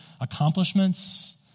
accomplishments